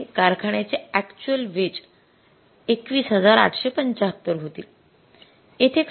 त्यामुळे कारखान्याचे actual wage २१८७५ होतील